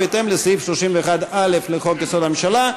ובהתאם לסעיף 31(א) לחוק-יסוד: הממשלה,